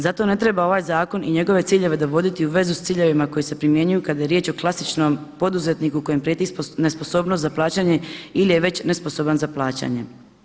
Zato ne treba ovaj zakon i njegove ciljeve dovoditi u vezu s ciljevima koji se primjenjuju kada je riječ o klasičnom poduzetniku kojim prijeti nesposobnost za plaćanje ili je već nesposoban za plaćanje.